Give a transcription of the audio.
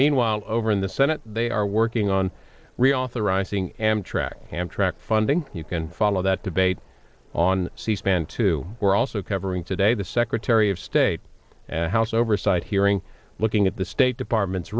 meanwhile over in the senate they are working on reauthorizing amtrak can track funding you can follow that debate on c span two we're also covering today the secretary of state and house oversight hearing looking at the state department